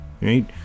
Right